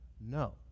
No